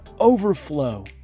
overflow